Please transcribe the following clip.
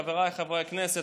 חבריי חברי הכנסת,